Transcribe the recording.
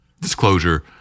Disclosure